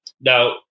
Now